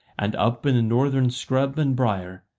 and up in the northern scrub and brier,